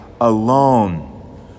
alone